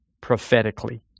prophetically